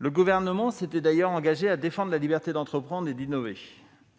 Le Gouvernement s'était d'ailleurs engagé à défendre la liberté d'entreprendre et d'innover,